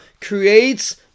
creates